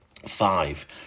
Five